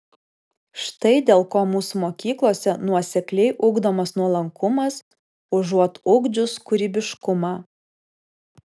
štai dėl ko mūsų mokyklose nuosekliai ugdomas nuolankumas užuot ugdžius kūrybiškumą